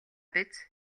биз